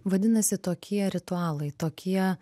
vadinasi tokie ritualai tokie